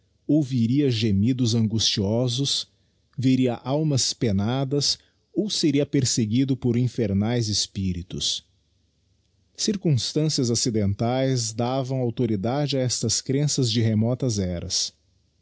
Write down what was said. ouviria gemidos angustiosos veria almas penadas ou seria perseguido por iníernaes espíritos circumstancias accidentaes davam autoridade a estas crenças de remotas eras